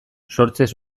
sortzez